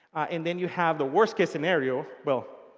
and then you have the worst-case scenario well,